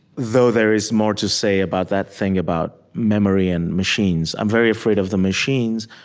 though there is more to say about that thing about memory and machines i'm very afraid of the machines,